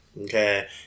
Okay